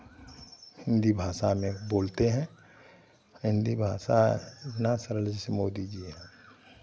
हिन्दी भाषा में बोलते हैं हिन्दी भाषा इतना सरल है जैसे मोदी जी हैं